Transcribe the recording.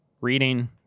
reading